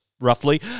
roughly